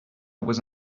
was